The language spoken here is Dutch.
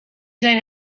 zijn